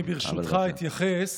אני, ברשותך, אתייחס